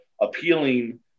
appealing